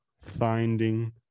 finding